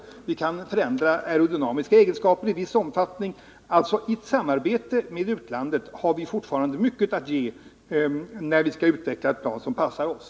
Vi kan också i viss omfattning ändra de aerodynamiska egenskaperna. Vi har alltså fortfarande mycket att ge i ett samarbete med utlandet för att utveckla ett plan som passar oss.